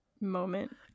moment